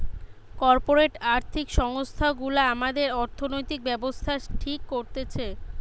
corporate আর্থিক সংস্থা গুলা আমাদের অর্থনৈতিক ব্যাবস্থা ঠিক করতেছে